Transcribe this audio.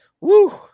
woo